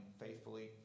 faithfully